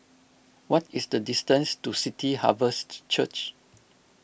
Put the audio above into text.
what is the distance to City Harvest Church